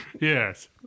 Yes